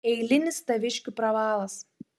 eilinis taviškių pravalas